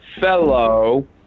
fellow